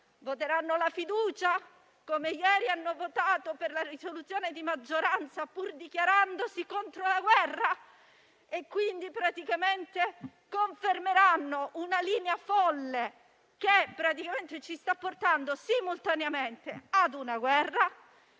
Voteranno la fiducia? Come ieri hanno votato per la risoluzione di maggioranza, pur dichiarandosi contro la guerra? Confermeranno così una linea folle che ci sta portando simultaneamente a una guerra,